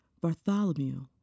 Bartholomew